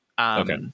Okay